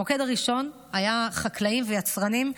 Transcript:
המוקד הראשון היה חקלאים ויצרנים,